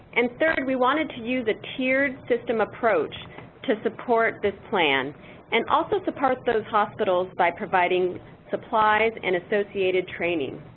and third, we wanted to use a tiered system approach to support this plan and also support those hospitals by providing supplies and associated training.